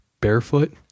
Barefoot